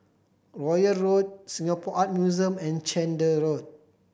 Royal Road Singapore Art Museum and Chander Road